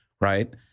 Right